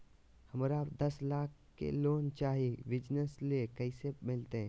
हमरा दस लाख के लोन चाही बिजनस ले, कैसे मिलते?